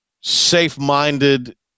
safe-minded